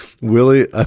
Willie